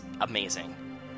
amazing